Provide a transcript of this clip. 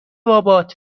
بابات